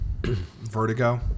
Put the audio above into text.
Vertigo